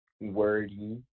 wordy